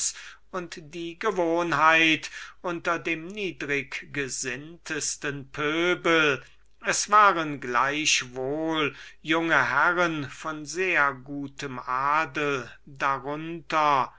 und die gewohnheit unter dem niedriggesinntesten pöbel es waren mit alle dem junge herren von sehr gutem adel darunter